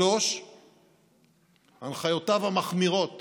הנחיותיו המחמירות